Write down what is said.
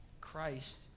Christ